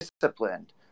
disciplined